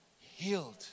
Healed